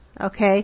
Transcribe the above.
Okay